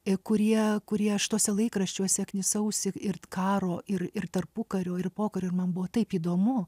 kurie kurie aš tuose laikraščiuose knisausi ir karo ir ir tarpukario ir pokario ir man buvo taip įdomu